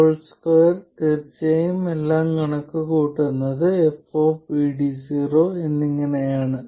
2 തീർച്ചയായും എല്ലാം കണക്കുകൂട്ടുന്നത് f എന്നിങ്ങനെയാണ്